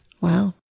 Wow